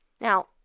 Now